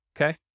Okay